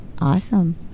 Awesome